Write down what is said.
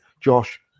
Josh